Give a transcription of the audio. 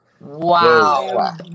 Wow